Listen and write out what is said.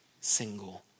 single